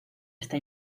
está